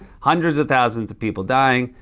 hundreds of thousands of people dying,